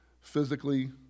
physically